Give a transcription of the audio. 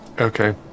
Okay